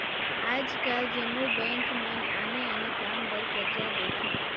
आएज काएल जम्मो बेंक मन आने आने काम बर करजा देथे